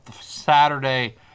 Saturday